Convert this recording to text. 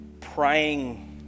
praying